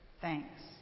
Thanks